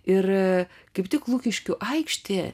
ir kaip tik lukiškių aikštė